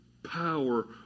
Power